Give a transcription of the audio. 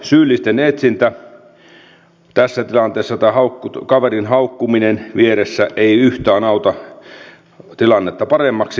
syyllisten etsintä tässä tilanteessa tai kaverin haukkuminen vieressä ei yhtään auta tilannetta paremmaksi